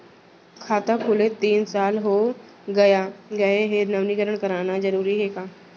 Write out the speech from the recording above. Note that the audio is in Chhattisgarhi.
खाता खुले तीन साल हो गया गये हे नवीनीकरण कराना जरूरी हे का?